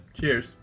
Cheers